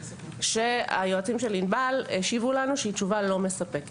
שיועצי ענבל השיבו לנו והיא תשובה לא מספקת,